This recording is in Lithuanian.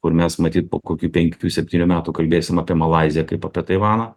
kur mes matyt po kokių penkių septynių metų kalbėsim apie malaiziją kaip apie taivaną